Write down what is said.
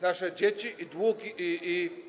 Nasze dzieci i długi.